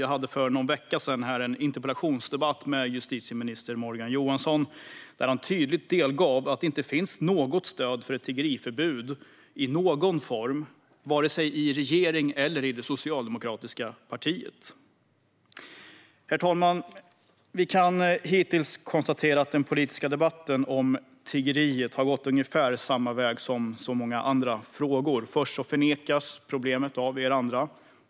Jag hade för någon vecka sedan en interpellationsdebatt med justitieminister Morgan Johansson där han tydligt delgav att det inte finns något stöd för ett tiggeriförbud i någon form vare sig i regeringen eller i det socialdemokratiska partiet. Herr talman! Vi kan konstatera att den politiska debatten om tiggeriet hittills har gått ungefär samma väg som så många andra frågor. Först förnekas problemet av er andra.